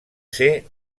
ser